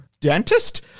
dentist